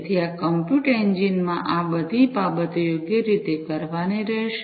તેથી આ કમ્પ્યુટ એન્જિનમાં આ બધી બાબતો યોગ્ય રીતે કરવાની રહેશે